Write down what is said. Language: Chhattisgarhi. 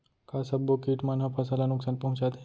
का सब्बो किट मन ह फसल ला नुकसान पहुंचाथे?